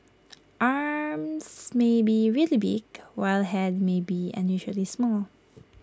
arms may be really big while Head may be unusually small